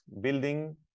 building